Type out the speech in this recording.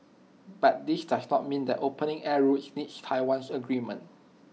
but this does not mean that opening air routes needs Taiwan's agreement